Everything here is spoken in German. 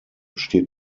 steht